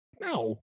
No